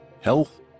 health